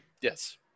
Yes